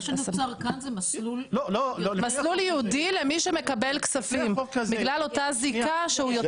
מה שנוצר כאן זה מסלול ייעודי למי שמקבל כספים בגלל אותה זיקה שהוא יצר.